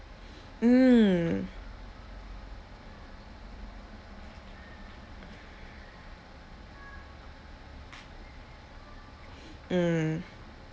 mm mm